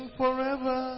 forever